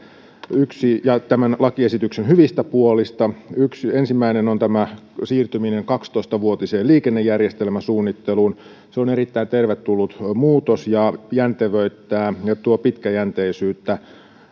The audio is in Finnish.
ja tämän lakiesityksen hyvistä puolista ensimmäinen on tämä siirtyminen kaksitoista vuotiseen liikennejärjestelmäsuunnitteluun se on erittäin tervetullut muutos ja jäntevöittää ja tuo pitkäjänteisyyttä